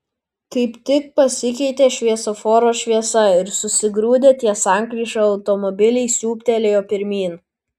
kaip tik pasikeitė šviesoforo šviesa ir susigrūdę ties sankryža automobiliai siūbtelėjo pirmyn